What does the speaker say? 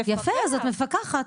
יפה, אז את מפקחת.